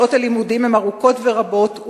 שעות הלימודים הן ארוכות ורבות,